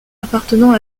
appartenant